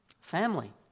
family